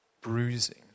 bruising